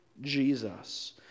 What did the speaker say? Jesus